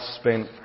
spent